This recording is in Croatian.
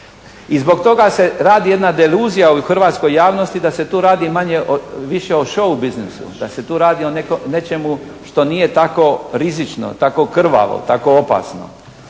I zbog toga se radi jedna deluzija u hrvatskoj javnosti da se tu radi manje o, više i show biznisu, da se tu radi o nečemu što nije tako rizično, tako krvavo, tako opasno.